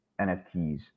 NFTs